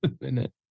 minute